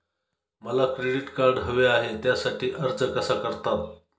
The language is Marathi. मला क्रेडिट कार्ड हवे आहे त्यासाठी अर्ज कसा करतात?